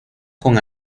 con